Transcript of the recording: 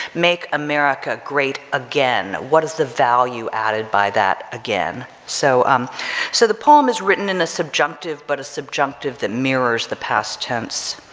make america great again, what is the value added by that again? so um so the poem is written in a subjunctive but a subjunctive the mirrors the past tense.